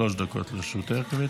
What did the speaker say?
שלוש דקות לרשותך.